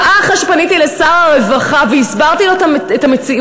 שעה אחרי שפניתי לשר הרווחה והסברתי לו את המציאות,